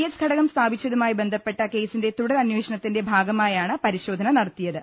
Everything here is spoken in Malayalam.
എസ് ഘടകം സ്ഥാപിച്ചതു മായി ബന്ധപ്പെട്ട കേസിന്റെ തുടരന്വേഷണത്തിന്റെ ഭാഗമായാണ് പരിശോധന നടത്തിയത്